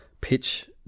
pitch